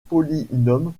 polynômes